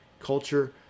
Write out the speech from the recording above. culture